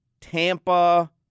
Tampa